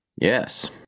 Yes